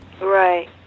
Right